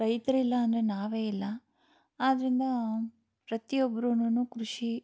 ರೈತ್ರು ಇಲ್ಲ ಅಂದರೆ ನಾವೇ ಇಲ್ಲ ಆದ್ದರಿಂದ ಪ್ರತಿ ಒಬ್ರುನು ಕೃಷಿ